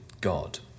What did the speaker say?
God